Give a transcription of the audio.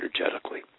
energetically